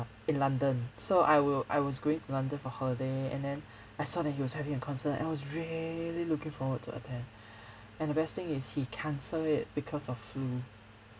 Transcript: in london so I will I was going to london for holiday and then I saw that he was having a concert and I was really looking forward to attend and the best thing is he cancel it because of flu